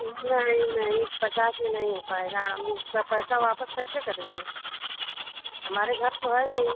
नहीं नहीं पचास में नहीं हो पाएगा हम उसका पैसा वापस कैसे करेंगे हमारे घर तो है नहीं